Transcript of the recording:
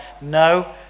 No